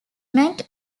met